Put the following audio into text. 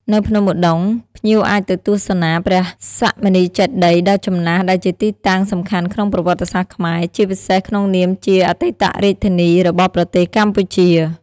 នៅភ្នំឧដុង្គ ភ្ញៀវអាចទៅទស្សនាព្រះសក្យមុនីចេតិយដ៏ចំណាស់ដែលជាទីតាំងសំខាន់ក្នុងប្រវត្តិសាស្ត្រខ្មែរ ជាពិសេសក្នុងនាមជាអតីតរាជធានីរបស់ប្រទេសកម្ពុជា។